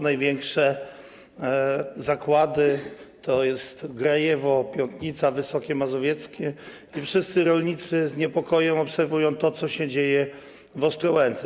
Największe zakłady to Grajewo, Piątnica, Wysokie Mazowieckie i wszyscy rolnicy z niepokojem obserwują to, co się dzieje w Ostrołęce.